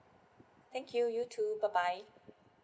thank you you too bye bye